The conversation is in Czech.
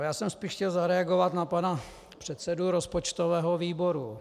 Já jsem spíš chtěl zareagovat na pana předsedu rozpočtového výboru.